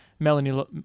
melanie